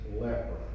leper